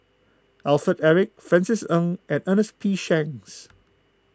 Alfred Eric Francis Ng and Ernest P Shanks